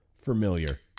Familiar